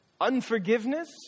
Unforgiveness